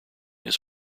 his